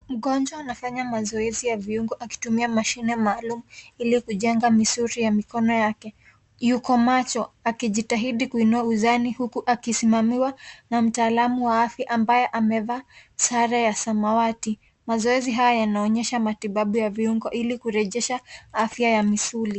Mgonjwa anafanya mazoezi ya viungo akitumia mashine maalum iliyo ya kujenga misuli ya mikono yake. Yuko macho akijitahidi kuinua mizani huku akisimamiwa na mtaalam wa afya ambaye amevaa sare ya samawati. Mazoezi haya yanaonyesha matibabu ya viungo ili kurejesha afya ya misuli.